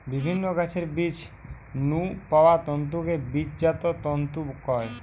বিভিন্ন গাছের বীজ নু পাওয়া তন্তুকে বীজজাত তন্তু কয়